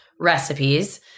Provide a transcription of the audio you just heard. recipes